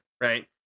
right